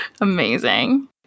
Amazing